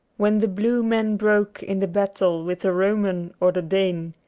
when the blue men broke in the battle with the roman or the dane,